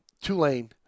Tulane